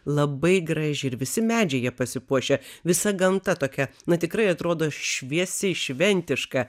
labai graži ir visi medžiai jie pasipuošia visa gamta tokia na tikrai atrodo šviesi šventiška